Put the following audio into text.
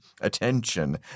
attention